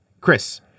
Chris